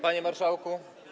Panie Marszałku!